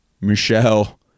Michelle